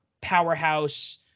powerhouse